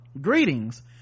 greetings